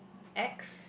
ex